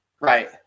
right